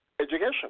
education